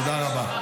תודה רבה.